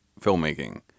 filmmaking